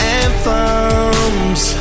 anthems